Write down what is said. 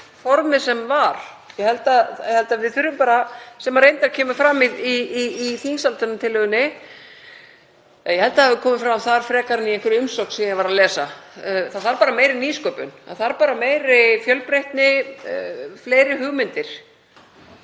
formi sem var. Ég held að við þurfum bara, sem reyndar kemur fram í þingsályktunartillögunni, ég held að það hafi komið fram þar frekar en í einhverri umsögn sem ég var að lesa — það þarf bara meiri nýsköpun. Það þarf meiri fjölbreytni, fleiri hugmyndir